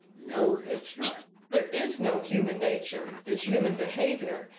no it's not. there is no human nature, there's human behavior,